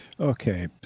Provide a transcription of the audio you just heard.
Okay